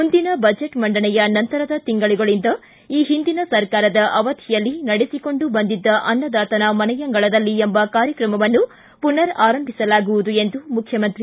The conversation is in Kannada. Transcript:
ಮುಂದಿನ ಬಜೆಟ್ ಮಂಡನೆಯ ನಂತರದ ತಿಂಗಳುಗಳಿಂದ ಈ ಹಿಂದಿನ ಸರ್ಕಾರದ ಅವಧಿಯಲ್ಲಿ ನಡೆಸಿಕೊಂಡು ಬಂದಿದ್ದ ಅನ್ನದಾತನ ಮನೆಯಂಗಳದಲ್ಲಿ ಎಂಬ ಕಾರ್ಯಕ್ರಮವನ್ನು ಪುನರ್ ಆರಂಭಿಸಲಾಗುವುದು ಎಂದು ಮುಖ್ಯಮಂತ್ರಿ ಬಿ